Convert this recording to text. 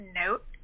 note